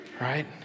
right